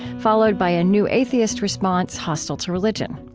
followed by a new atheist response hostile to religion.